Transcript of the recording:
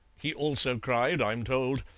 he also cried, i'm told,